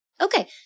Okay